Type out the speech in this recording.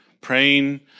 praying